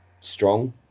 strong